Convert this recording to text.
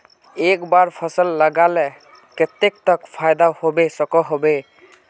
एक बार फसल लगाले कतेक तक फायदा होबे सकोहो होबे?